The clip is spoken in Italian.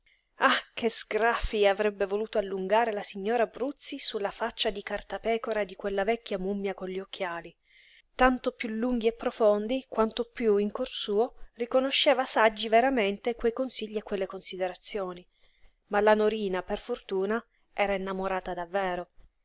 ah che sgraffii avrebbe voluto allungare la signora bruzzi sulla faccia di cartapecora di quella vecchia mummia con gli occhiali tanto piú lunghi e profondi quanto piú in cuor suo riconosceva saggi veramente quei consigli e quelle considerazioni ma la norina per fortuna era innamorata davvero